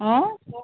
অ'